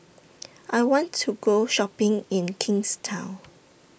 I want to Go Shopping in Kingstown